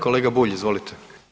Kolega Bulj, izvolite.